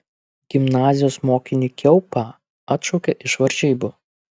gimnazijos mokinį kiaupą atšaukė iš varžybų